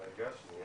בבקשה.